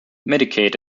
medicaid